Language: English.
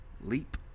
leap